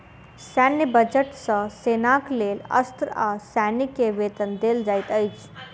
सैन्य बजट सॅ सेनाक लेल अस्त्र आ सैनिक के वेतन देल जाइत अछि